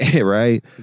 right